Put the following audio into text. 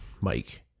Mike